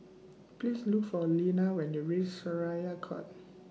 Please Look For Lena when YOU REACH Syariah Court